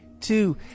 two